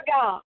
God